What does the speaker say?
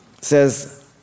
says